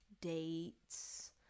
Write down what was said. dates